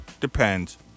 depends